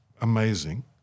amazing